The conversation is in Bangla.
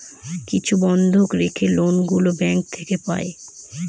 কিছু বন্ধক রেখে লোন গুলো ব্যাঙ্ক থেকে পাই